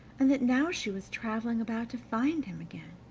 and that now she was traveling about to find him again,